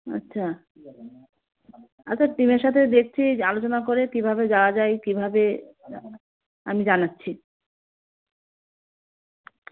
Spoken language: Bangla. আচ্ছা আচ্ছা টিমের সাথে দেখছি আলোচনা করে কিভাবে যাওয়া যায় কিভাবে আমি জানাচ্ছি